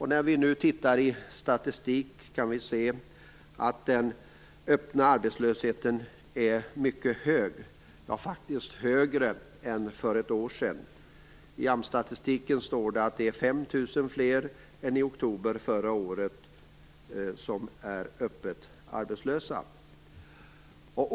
När vi nu tittar i statistik kan vi se att den öppna arbetslösheten är mycket hög, ja, faktiskt högre än för ett år sedan. I AMS-statistiken står det att det nu är 5 000 fler än i oktober förra året som är öppet arbetslösa.